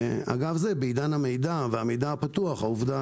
בעידן המידע הפתוח העובדה